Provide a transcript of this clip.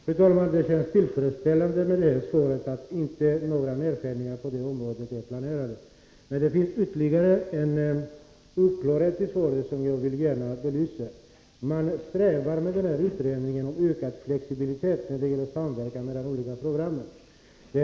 Fru talman! Det är tillfredsställande att få till svar att några nedskärningar på detta område inte planeras. Det finns emellertid ytterligare en oklarhet i svaret, vilken jag gärna vill belysa. Den aktuella utredningen strävar nämligen efter ökad flexibilitet och samverkan mellan de olika programföretagen.